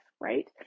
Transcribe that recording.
right